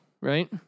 right